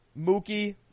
Mookie